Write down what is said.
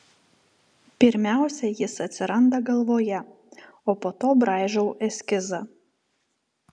pirmiausia jis atsiranda galvoje o po to braižau eskizą